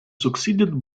succeeded